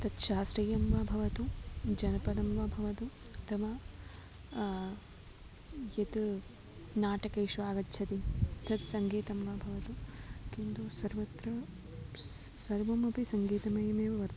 तत् शास्त्रीयं वा भवतु जनपदं वा भवतु अथवा यद् नाटकेषु आगच्छति तत् सङ्गीतं वा भवतु किन्तु सर्वत्र स सर्वमपि सङ्गीतमयमेव वर्तते